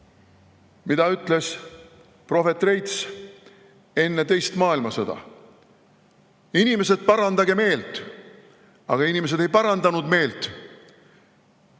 mida ütles prohvet Reits enne teist maailmasõda: "Inimesed, parandage meelt!" Aga inimesed ei parandanud meelt.